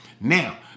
Now